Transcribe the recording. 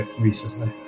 recently